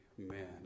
Amen